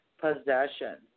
possession